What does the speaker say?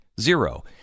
zero